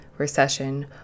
recession